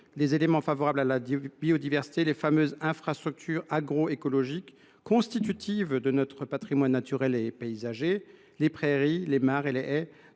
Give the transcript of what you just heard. Éléments favorables à la biodiversité, les fameuses infrastructures agroécologiques constitutives de notre patrimoine naturel et paysager, les prairies, les mares et les haies,